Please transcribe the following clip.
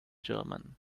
german